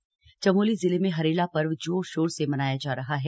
हरेला चमोली चमोली जिले में हरेला पर्व जोरशोर से मनाया जा रहा है